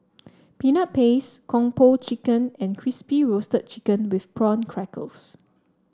Peanut Paste Kung Po Chicken and Crispy Roasted Chicken with Prawn Crackers